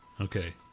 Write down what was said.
Okay